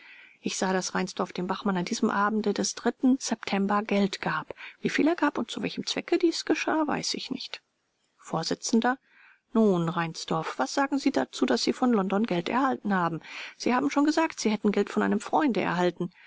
ich sah daß reinsdorf dem bachmann an jenem abende des september geld gab wieviel er gab und zu welchem zwecke dies geschah weiß ich nicht vors nun reinsdorf was sagen sie dazu daß sie von london geld erhalten haben sie haben schon gesagt sie hätten geld von einem freunde erhalten